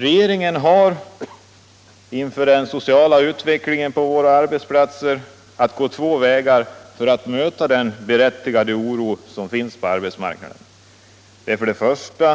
Regeringen har inför den sociala utvecklingen på våra arbetsplatser haft två vägar att gå för att möta den berättigade oro som finns på arbetsmarknaden. Den första